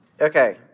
Okay